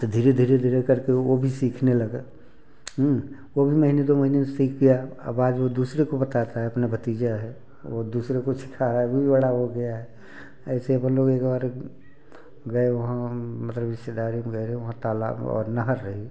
तो धीरे धीरे धीरे करके वह भी सीखने लगा वह भी महीने दो महीने में सीख गया अब आज वह दूसरे को बताता है अपना भतीजा है वह दूसरे को सिखा रहा है वह भी बड़ा हो गया है ऐसे अपन लोग एक बार गए वहाँ मतलब रिश्तेदारी में गऐ रहे वहाँ तालाब और नहर रही